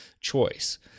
choice